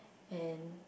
and